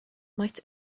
might